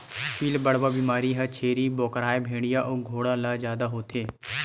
पिलबढ़वा बेमारी ह छेरी बोकराए भेड़िया अउ घोड़ा ल जादा होथे